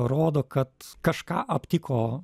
rodo kad kažką aptiko